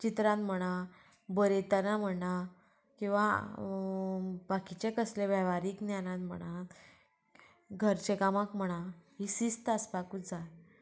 चित्रान म्हणा बरयतना म्हणा किंवां बाकीचे कसले वेव्हारीक ज्ञानान म्हणात घरचे कामाक म्हणा ही शिस्त आसपाकूच जाय